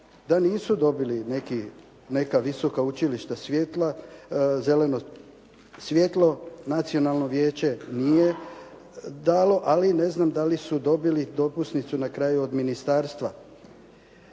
da nisu dobili neka visoka učilišta zeleno svjetlo. Nacionalno vijeće nije dalo, ali ne znam dali su dobili dopusnicu na kraju od ministarstva